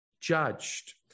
judged